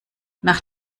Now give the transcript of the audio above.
nach